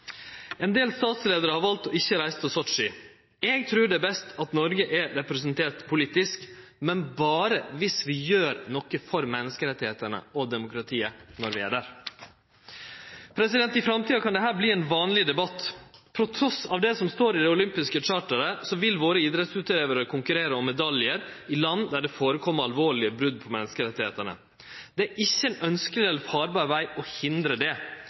Ein del statsleiarar har valt ikkje å reise til Sotsji. Eg trur det er best at Noreg er representert politisk, men berre om vi gjer noko for menneskerettane og demokratiet når vi er der. I framtida kan dette verte ein vanleg debatt. Trass i det som står i det olympiske charteret, vil våre idrettsutøvarar konkurrere om medaljar i land der det skjer alvorlege brot på menneskerettane. Det er ikkje ein ønskjeleg eller farbar veg å hindre det.